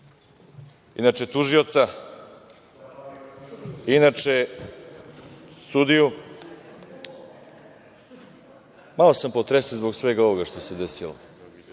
inače tužioca, inače sudiju. Malo sam potresen zbog svega ovoga što se desilo,